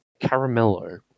Caramello